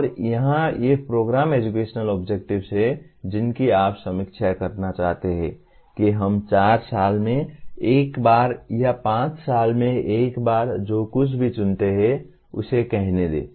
और यहाँ ये प्रोग्राम एजुकेशनल ऑब्जेक्टिव्स हैं जिनकी आप समीक्षा करना चाहते हैं कि हम चार साल में एक बार या पाँच साल में एक बार जो कुछ भी चुनते हैं उसे कहने दें